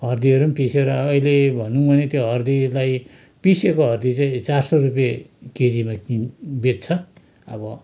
हर्दीहरू पनि पिसेर अहिले भनूँ भने त्यो हर्दीलाई पिसेको हर्दी चाहिँ चार सौ रुपियाँ केजीमा किन् बेच्छ अब